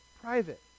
private